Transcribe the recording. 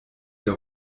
der